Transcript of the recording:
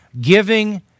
giving